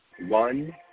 one